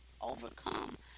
overcome